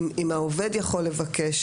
העובד יכול לבקש,